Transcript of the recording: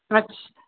আচ্ছা